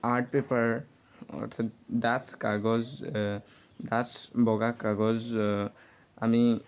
art paper অৰ্থাৎ ডাঠ কাগজ ডাঠ বগা কাগজ আমি